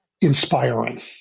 inspiring